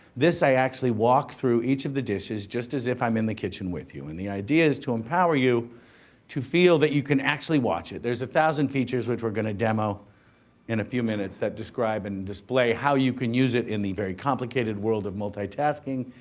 this i actually walk through each of the dishes, just as if i'm in the kitchen with you. and the idea is to empower you to feel that you can actually watch it. there's a thousand features which we're gonna demo in a few minutes that describe and display how you can use it in the very complicated world of multitasking,